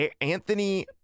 anthony